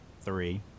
three